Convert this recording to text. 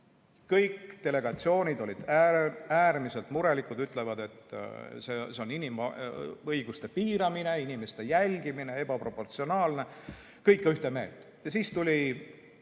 Kõik delegatsioonid olid äärmiselt murelikud, ütlesid, et see on inimõiguste piiramine, inimeste jälgimine ja ebaproportsionaalne. Kõik olid ühte meelt. Siis